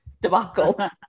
debacle